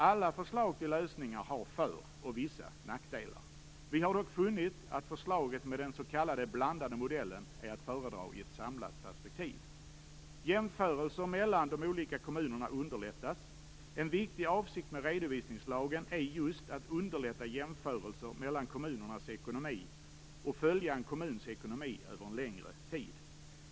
Alla förslag till lösningar har för och vissa nackdelar. Vi har dock funnit att förslaget med den s.k. blandade modellen är att föredra i ett samlat perspektiv. Jämförelser mellan de olika kommunerna underlättas. En viktig avsikt med redovisningslagen är just att underlätta jämförelser mellan kommunernas ekonomi och följa en kommuns ekonomi över en längre tid.